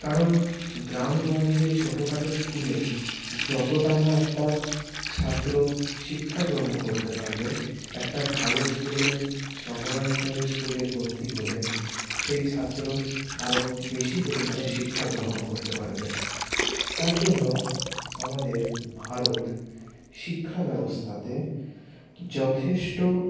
কারণ গ্রামগঞ্জে ছোটোখাটো স্কুলে যতটা না একটা ছাত্র শিক্ষাগ্রহণ করতে পারবে একটা ভালো স্কুলে শহরাঞ্চলে স্কুলে ভর্তি হলে সেই ছাত্র আরও বেশি পরিমাণে শিক্ষাগ্রহণ করতে পারবে তার জন্য আমাদের ভারত শিক্ষাব্যবস্থাতে যথেষ্ট